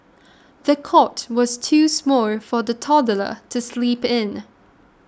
the cot was too small for the toddler to sleep in